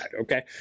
okay